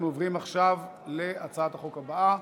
אנחנו עוברים עכשיו להצעת החוק הבאה: